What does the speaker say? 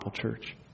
Church